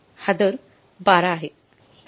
हा दर १२ आहे